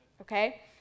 Okay